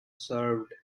served